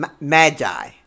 Magi